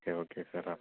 okay okay sir up